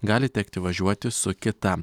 gali tekti važiuoti su kita